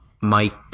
Mike